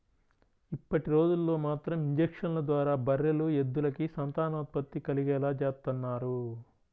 ఇప్పటిరోజుల్లో మాత్రం ఇంజక్షన్ల ద్వారా బర్రెలు, ఎద్దులకి సంతానోత్పత్తి కలిగేలా చేత్తన్నారు